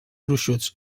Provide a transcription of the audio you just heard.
gruixuts